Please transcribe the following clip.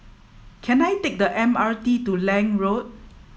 can I take the M R T to Lange Road